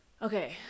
Okay